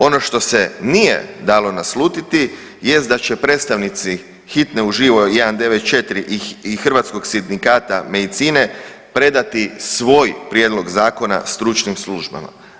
Ono što se nije dalo naslutiti jest da će predstavnici hitne u živo 194 i Hrvatskog sindikata medicine predati svoj prijedlog zakona stručnim službama.